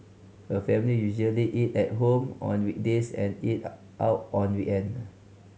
her family usually eat at home on weekdays and eat out on weekend